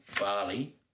Bali